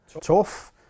tough